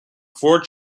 four